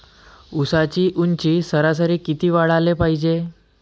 ऊसाची ऊंची सरासरी किती वाढाले पायजे?